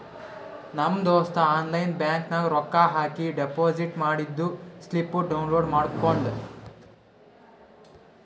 ನಮ್ ದೋಸ್ತ online bank ನಾಗ್ ರೊಕ್ಕಾ ಹಾಕಿ ಡೆಪೋಸಿಟ್ ಮಾಡಿದ್ದು ಸ್ಲಿಪ್ನೂ ಡೌನ್ಲೋಡ್ ಮಾಡ್ಕೊಂಡ್